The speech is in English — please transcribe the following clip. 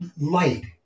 light